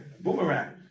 boomerang